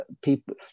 people